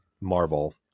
Marvel